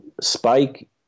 Spike